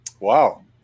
Wow